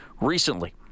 recently